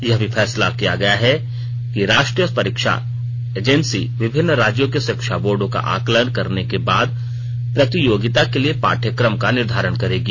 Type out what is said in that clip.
यह भी फैसला किया गया कि राष्ट्रीय परीक्षा एजेंसी विभिन्न राज्यों के शिक्षा बोर्डो का आकलन करने के बाद प्रतियोगिता के लिए पाठ्यक्रम का निर्धारण करेगी